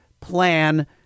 plan